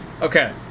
Okay